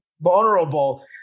vulnerable